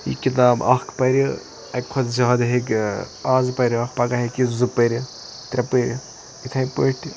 یہِ کِتاب اکھ پَرِ اکہِ کھۄتہٕ زیادٕ ہیٚکہِ آز پَرِ اکھ پَگاہ ہیٚکہِ یہِ زٕ پٔرِتھ ترٛےٚ پٔرِتھ اِتھٕے پٲٹھۍ